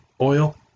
oil